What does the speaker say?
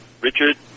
Richard